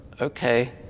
okay